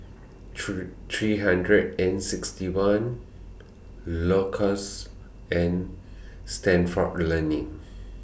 three three hundred and sixty one Loacker's and Stalford Learning